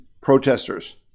protesters